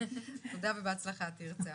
תודה ובהצלחה, תרצה.